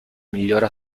migliore